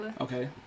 Okay